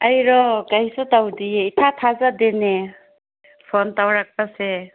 ꯑꯩꯔꯣ ꯀꯔꯤꯁꯨ ꯇꯧꯗꯤꯌꯦ ꯏꯊꯥ ꯊꯥꯖꯗꯦꯅꯦ ꯐꯣꯟ ꯇꯧꯔꯛꯄꯁꯦ